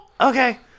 Okay